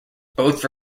both